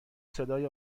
صدای